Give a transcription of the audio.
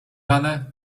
ranę